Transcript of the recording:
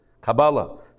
Kabbalah